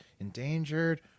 endangered